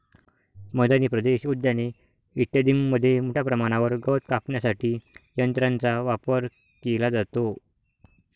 मैदानी प्रदेश, उद्याने इत्यादींमध्ये मोठ्या प्रमाणावर गवत कापण्यासाठी यंत्रांचा वापर केला जातो